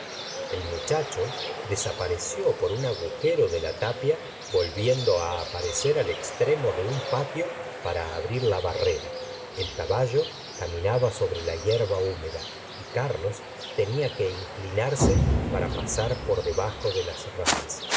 el muchacho desapareció por un agujero de la tapia volviendo aparecer al extremo de un patio para abrir la barrera el caballo caminaba sobre la hierba húmeda y carlos tenía que inclinarse para pasar por debajo de las ramas